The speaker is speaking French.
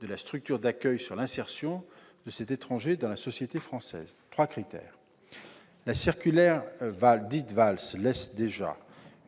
de la structure d'accueil sur l'insertion de cet étranger dans la société française. La circulaire Valls laisse déjà